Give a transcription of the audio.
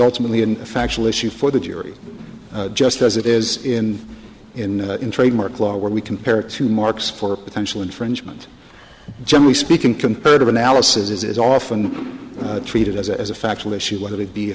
ultimately a factual issue for the jury just as it is in in in trademark law where we compare it to marks for potential infringement generally speaking comparative analysis is often treated as a factual issue whether it be a